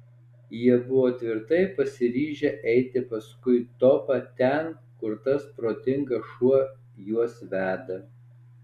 jie buvo tvirtai pasiryžę eiti paskui topą ten kur tas protingas šuo juos veda